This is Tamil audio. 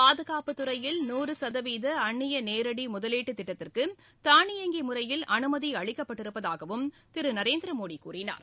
பாதுகாப்பு துறையில் நூறு சதவீத அன்னிய நேரடி முதலீட்டு திட்டத்திற்கு தானியங்கி முறையில் அனுமதி அளிக்கப்பட்டிருப்பதாகவும் திரு நரேந்திர மோடி கூறினார்